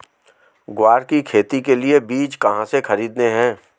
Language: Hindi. ग्वार की खेती के लिए बीज कहाँ से खरीदने हैं?